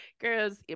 girls